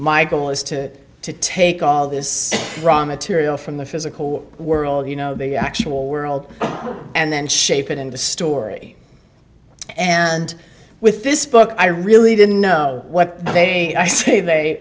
my goal is to take all this raw material from the physical world you know the actual world and then shape it into story and with this book i really didn't know what they say they